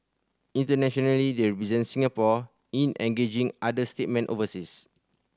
internationally they represent Singapore in engaging other statesmen overseas